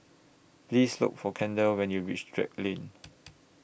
Please Look For Kendal when YOU REACH Drake Lane